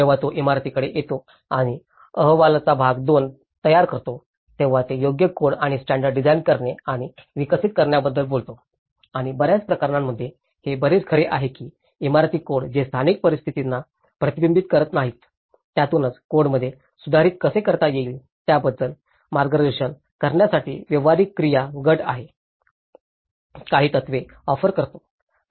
जेव्हा तो इमारतींकडे येतो आणि अहवालाचा भाग 2 तयार करतो तेव्हा हे योग्य कोड आणि स्टॅण्डर्ड डिझाइन करणे आणि विकसित करण्याबद्दल बोलतो आणि बर्याच प्रकरणांमध्ये हे बरेच खरे आहे की इमारती कोड जे स्थानिक परिस्थितींना प्रतिबिंबित करणार नाहीत त्यातूनच कोडमध्ये सुधारित कसे करता येईल याबद्दल मार्गदर्शन करण्यासाठी व्यावहारिक क्रिया गट काही तत्त्वे ऑफर करतो